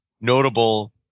notable